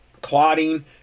Clotting